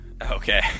Okay